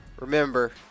remember